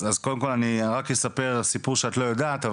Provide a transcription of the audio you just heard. אז קודם כל אני רק אספר סיפור שאת לא יודעת,